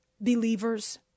believers